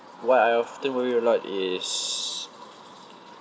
what I often worry a lot is